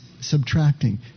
subtracting